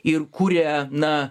ir kuria na